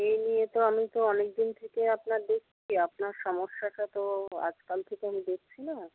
এই নিয়ে তো আমি তো অনেক দিন থেকে আপনার দেখছি আপনার সমস্যাটা তো আজকাল থেকে আমি দেখছি না